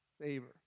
Favor